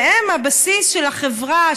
והן הבסיס של החברה,